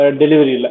delivery